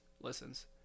Listens